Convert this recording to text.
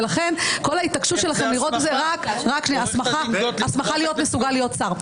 ולכן כל ההתעקשות שלכם לראות בזה רק הסמכה להיות מסוגל להיות שר.